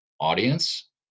audience